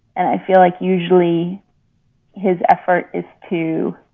and i feel like usually his effort is to.